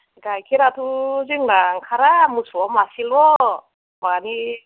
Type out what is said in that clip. गायखेराथ' जोंना ओंखारा मोसौआ मासेल' मानि